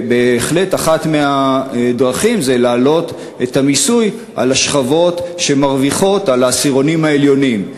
בהחלט אחת מהדרכים היא להעלות את המיסוי על העשירונים העליונים,